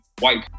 white